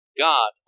God